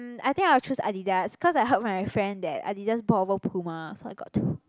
mm I think I will choose Adidas cause I heard from my friend that Adidas bought over Puma so I got two